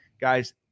guys